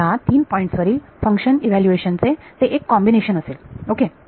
ह्या तीन पॉईंट्स वरील फंक्शन इव्हॅल्युएशन चे ते कॉम्बिनेशन असेल ओके